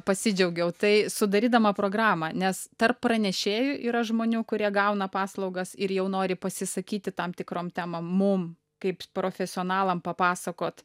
pasidžiaugiau tai sudarydama programą nes tarp pranešėjų yra žmonių kurie gauna paslaugas ir jau nori pasisakyti tam tikrom temom mum kaip profesionalam papasakot